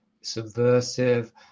subversive